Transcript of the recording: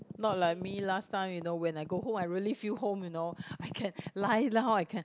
not like me last time you know when I go home I really feel home you know I can lie down I can